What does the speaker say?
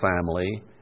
family